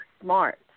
smart